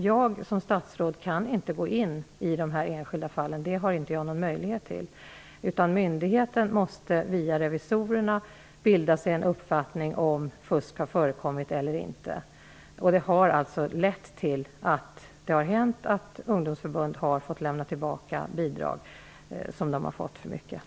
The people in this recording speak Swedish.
Jag som statsråd kan emellertid inte gå in i de enskilda fallen, det har jag ingen möjlighet att göra, utan myndigheten måste via revisorerna bilda sig en uppfattning om fusk har förekommit eller inte. Dessa undersökningar har alltså lett till att ungdomsförbund har fått lämna tillbaka bidrag som de inte haft rätt till.